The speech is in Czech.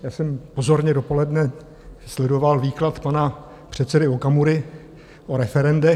Já jsem pozorně dopoledne sledoval výklad pana předsedy Okamury o referendech.